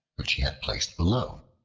which he had placed below.